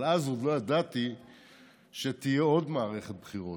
אבל אז עוד לא ידעתי שתהיה עוד מערכת בחירות.